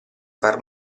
far